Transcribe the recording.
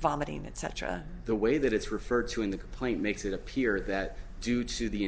vomiting etc the way that it's referred to in the complaint makes it appear that due to the